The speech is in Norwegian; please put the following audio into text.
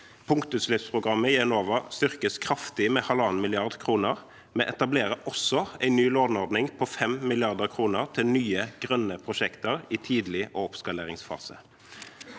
Punktutslippsprogrammet i Enova styrkes kraftig med 1,5 mrd. kr. Vi etablerer også en ny låneordning på 5 mrd. kr til nye grønne prosjekter i tidlig- og oppskaleringsfase.